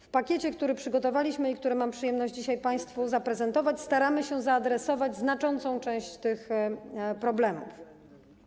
W pakiecie, który przygotowaliśmy i który mam przyjemność dzisiaj państwu zaprezentować, staramy się zaadresować znaczącą część tych problemów.